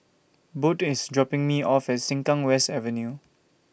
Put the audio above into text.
Boyd IS dropping Me off At Sengkang West Avenue